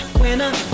winner